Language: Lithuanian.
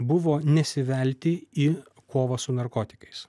buvo nesivelti į kovą su narkotikais